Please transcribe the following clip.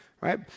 right